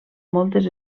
moltes